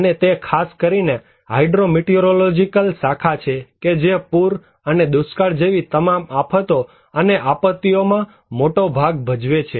અને તે ખાસ કરીને હાઈડ્રો મીટિઓરોલોજીકલ શાખા છે કે જે પુર અને દુષ્કાળ જેવી તમામ આફતો અને આપત્તિઓમાં મોટો ભાગ ભજવે છે